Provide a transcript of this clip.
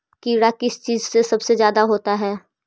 कीड़ा किस चीज से सबसे ज्यादा होता है?